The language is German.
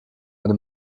eine